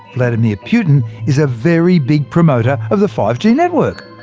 vladimir putin is a very big promoter of the five g network.